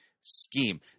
scheme